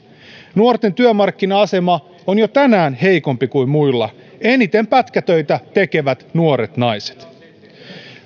nuorten työmarkkina asema on jo tänään heikompi kuin muilla eniten pätkätöitä tekevät nuoret naiset